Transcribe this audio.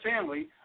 family